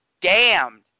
damned